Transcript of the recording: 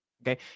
Okay